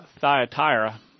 Thyatira